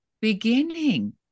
Beginning